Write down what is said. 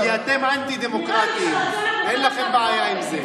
כי אתם אנטי-דמוקרטיים ואין לכם בעיה עם זה.